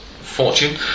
fortune